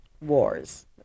wars